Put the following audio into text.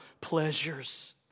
pleasures